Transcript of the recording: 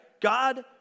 God